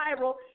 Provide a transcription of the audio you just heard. viral